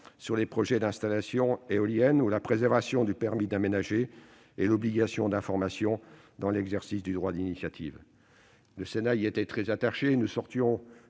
sur les projets d'installations éoliennes ou de la préservation du permis d'aménager et de l'obligation d'information dans l'exercice du droit d'initiative. Le Sénat y était très attaché : les élections